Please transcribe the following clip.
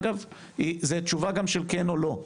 אגב, היא תשובה גם של כן או לא.